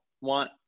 want